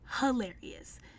hilarious